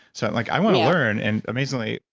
so and like i want to learn and amazingly,